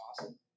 awesome